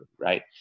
Right